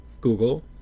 Google